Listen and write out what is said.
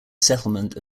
settlement